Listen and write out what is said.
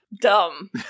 dumb